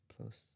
plus